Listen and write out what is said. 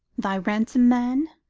thy ransom, man?